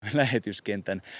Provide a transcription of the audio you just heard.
lähetyskentän